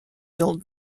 built